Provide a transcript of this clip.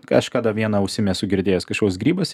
kažkada viena ausim esu girdėjęs kažkoks grybas